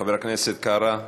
חבר הכנסת קרא,